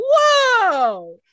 whoa